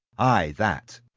ay, that.